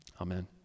Amen